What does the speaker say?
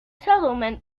settlement